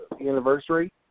anniversary